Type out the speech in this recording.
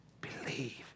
believe